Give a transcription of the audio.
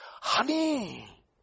Honey